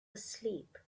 asleep